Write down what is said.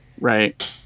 right